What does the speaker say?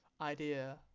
idea